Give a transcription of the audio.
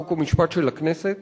חוק ומשפט של הכנסת